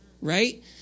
right